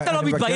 אתה לא מתבייש?